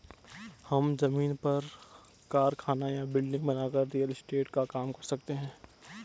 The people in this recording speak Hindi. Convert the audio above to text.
हम जमीन पर कारखाना या बिल्डिंग बनाकर रियल एस्टेट का काम कर सकते है